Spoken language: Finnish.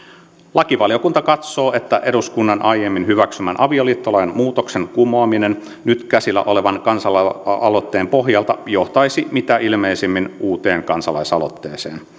lakivaliokunta katsoo että eduskunnan aiemmin hyväksymän avioliittolain muutoksen kumoaminen nyt käsillä olevan kansalaisaloitteen pohjalta johtaisi mitä ilmeisemmin uuteen kansalaisaloitteeseen